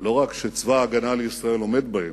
לא רק שצבא-הגנה לישראל עומד בהם,